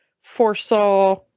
foresaw